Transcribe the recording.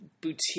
boutique